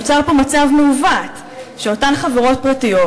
נוצר פה מצב מעוות: אותן חברות פרטיות,